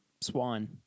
Swan